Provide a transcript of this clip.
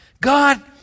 God